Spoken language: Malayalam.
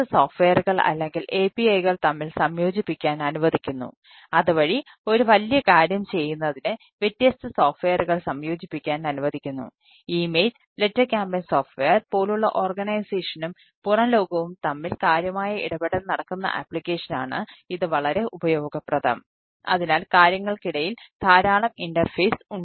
സോഫ്റ്റ്വെയർ ഉണ്ട്